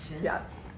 Yes